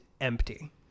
empty